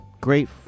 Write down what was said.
Great